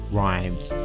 rhymes